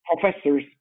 professors